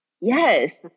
Yes